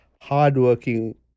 hardworking